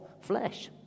flesh